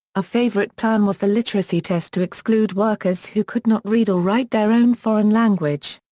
a favorite plan was the literacy test to exclude workers who could not read or write their own foreign language.